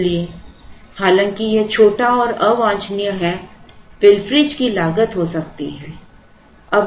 इसलिए हालांकि यह छोटा और अवांछनीय है पिलफरेज की लागत हो सकती है